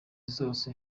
zose